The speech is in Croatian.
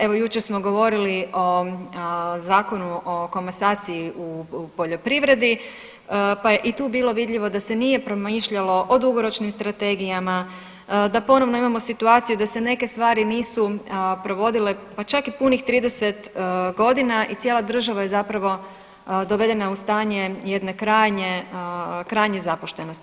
Evo jučer smo govorili o Zakonu o komasaciji u poljoprivredi, pa je i tu bilo vidljivo da se nije promišljalo o dugoročnim strategijama, da ponovno imamo situaciju da se neke stvari nisu provodile, pa čak i punih 30.g. i cijela država je zapravo dovedena u stanje jedne krajnje, krajnje zapuštenosti.